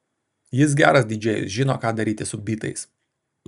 jis geras didžėjus žino ką daryti su bytais